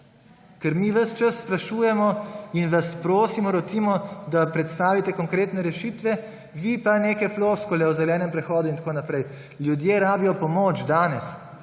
Ker mi ves čas sprašujemo in vas prosimo, rotimo, da predstavite konkretne rešitve, vi pa neke floskule o zelenem prehodu in tako naprej. Ljudje rabijo pomoč danes,